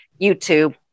YouTube